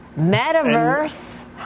metaverse